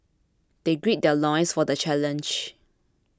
they gird their loins for the challenge